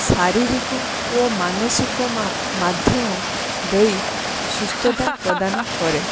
ଶାରୀରିକ ଓ ମାନସିକ ମାଧ୍ୟମ ଦେଇ ସୁସ୍ଥତା ପ୍ରଦାନ କରେ